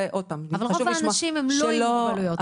--- אבל רוב האנשים הם לא עם מוגבלויות.